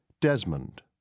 Desmond